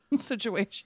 situation